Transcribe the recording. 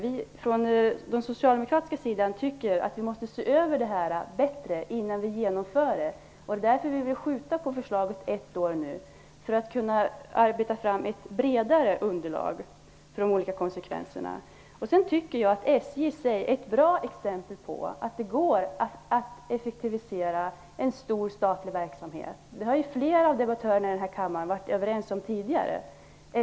Vi från den socialdemokratiska sidan tycker att vi måste se över detta bättre innan vi genomför en avreglering. Det är därför vi vill skjuta på förslaget ett år, för att kunna arbeta fram ett bredare underlag om de olika konsekvenserna. Jag tycker att SJ är ett bra exempel på att det går att effektivisera en stor statlig verksamhet. Det har flera av debattörerna här i kammaren varit överens om tidigare.